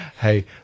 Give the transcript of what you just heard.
Hey